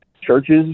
churches